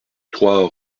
trois